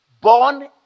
Born